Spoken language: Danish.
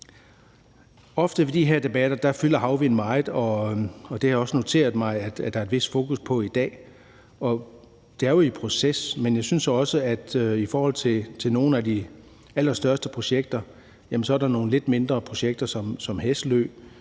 meget ved de her debatter, og det har jeg også noteret mig at der er et vist fokus på i dag. Det er jo i proces, men jeg synes også, at i forhold til nogle af de allerstørste projekter er der nogle lidt mindre projekter som Hesselø,